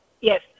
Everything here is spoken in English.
Yes